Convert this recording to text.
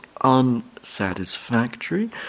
unsatisfactory